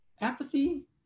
apathy